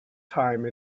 time